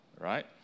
Right